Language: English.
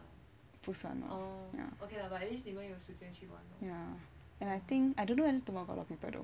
不算 and I think I don't know whether tomorrow got a lot of people though